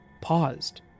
paused